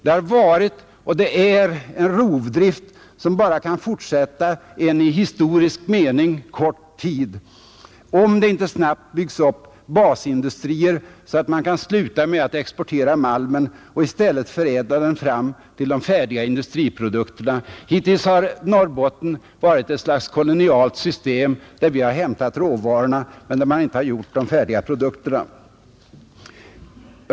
Det har varit och det är en rovdrift som bara kan fortsätta en i historisk mening kort tid — om det inte snabbt byggs upp basindustrier så att man kan sluta med att exportera malmen och i stället förädlar den fram till de färdiga industriprodukterna. Hittills har Norrbotten varit ett slags kolonialt system där vi har hämtat råvarorna men där man inte har gjort de färdiga produkterna.